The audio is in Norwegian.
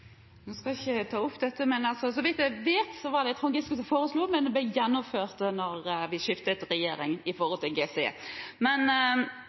Nå skal ikke jeg ta opp dette, men når det gjelder GCE, var det så vidt jeg vet, Trond Giske som foreslo det, mens det ble etablert etter at vi skiftet regjering.